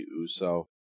Uso